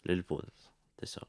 liliputas tiesiog